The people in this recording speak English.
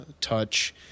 touch